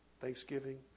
thanksgiving